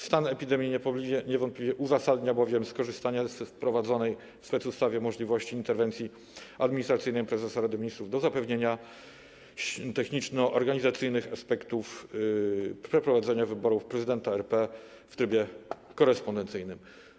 Stan epidemii niewątpliwie uzasadnia bowiem skorzystanie z wprowadzonej w specustawie możliwości interwencji administracyjnej prezesa Rady Ministrów do zapewnienia techniczno-organizacyjnych aspektów przeprowadzenia wyborów prezydenta RP w trybie korespondencyjnym.